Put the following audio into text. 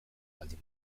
baldin